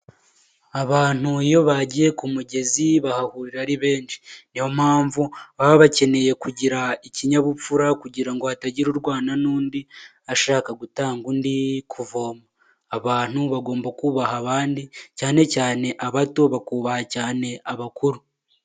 Abantu iyo bagiye ku mugezi bahahurira ari benshi niyo mpamvu baba bakeneye kugira ikinyabupfura kugira ngo hatagira urwana n'undi ashaka gutanga undi kuvoma, abantu bagomba kubaha abandi cyane cyanee abato bakubaha cyane abakuru.